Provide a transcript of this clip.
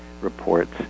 reports